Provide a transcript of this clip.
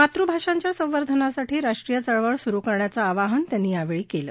मातृभाषांच्या संवर्धनासाठी राष्ट्रीय चळवळ सुरु करण्याचं आवाहन त्यांनी यावेळी केलं